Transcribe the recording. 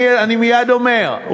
אני מייד אומר.